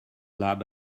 lab